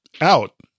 out